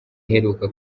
iheruka